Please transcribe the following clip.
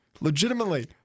legitimately